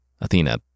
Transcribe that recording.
Athena